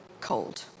cold